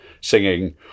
singing